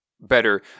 better